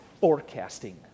forecasting